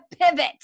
Pivot